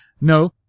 No